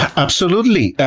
absolutely!